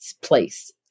place